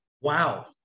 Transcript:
Wow